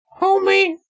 Homie